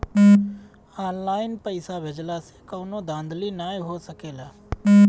online पइसा भेजला से कवनो धांधली नाइ हो सकेला